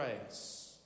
grace